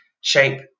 shape